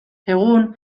egun